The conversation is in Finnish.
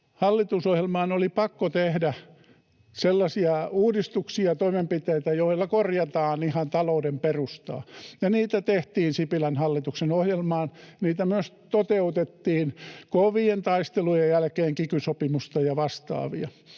Hallitusohjelmaan oli pakko tehdä sellaisia uudistuksia, toimenpiteitä, joilla korjataan ihan talouden perustaa, ja niitä tehtiin Sipilän hallituksen ohjelmaan. Niitä myös toteutettiin kovien taistelujen jälkeen — kiky-sopimusta ja vastaavia